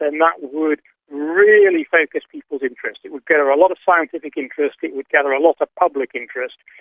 then that would really focus people's interest, it would gather a lot of scientific interest, it would gather a lot of public interest,